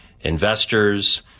investors